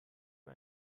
mir